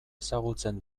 ezagutzen